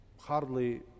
hardly